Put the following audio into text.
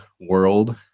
world